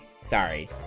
sorry